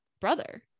brother